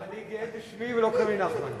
אני גאה בשמי, ולא קוראים לי נחמן.